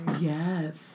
Yes